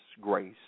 grace